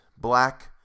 black